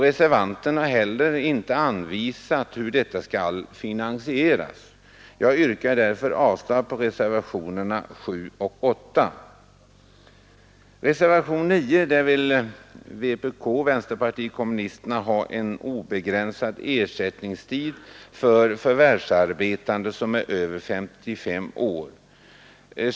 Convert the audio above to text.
Reservanten har heller inte anvisat hur detta skall finansieras. Jag yrkar därför avslag på reservationerna 7 och 8. I reservationen 9 vill vänsterpartiet kommunisterna ha obegränsad ersättningstid för förvärvsarbetande som är över 55 år.